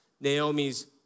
Naomi's